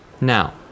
Now